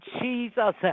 Jesus